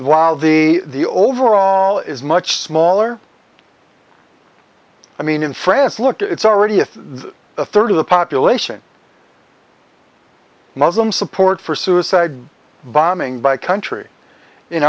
while the overall is much smaller i mean in france look it's already a third of the population muslim support for suicide bombing by country in